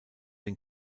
den